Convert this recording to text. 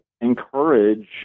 encourage